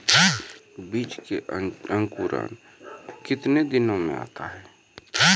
बीज मे अंकुरण कितने दिनों मे आता हैं?